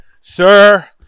Sir